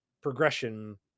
progression